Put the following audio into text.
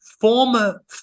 Former